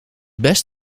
best